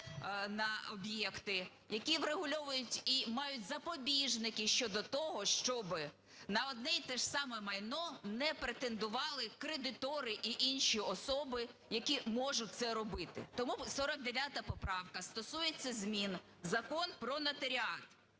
на об'єкти, які врегульовують і мають запобіжники щодо того, щоби на одне і те ж саме майно не претендували кредитори і інші особи, які можуть це робити. Тому 49 поправка стосується змін в Закон "Про нотаріат".